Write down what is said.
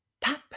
Tap